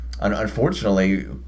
unfortunately